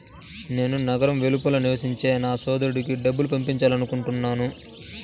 నేను నగరం వెలుపల నివసించే నా సోదరుడికి డబ్బు పంపాలనుకుంటున్నాను